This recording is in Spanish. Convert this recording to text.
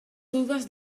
dudas